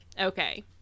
Okay